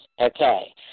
okay